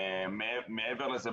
מעבר לזה,